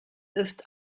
ist